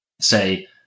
say